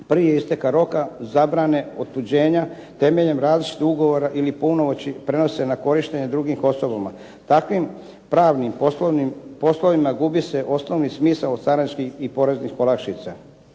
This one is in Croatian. prije isteka roka zabrane otuđenja temeljem različitih ugovora ili punomoći prenose na korištenje drugim osobama. Takvim pravnim poslovima gubi se osnovni smisao carinskih i poreznih olakšica.